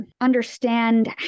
understand